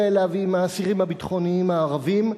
אליו עם האסירים הביטחוניים הערבים.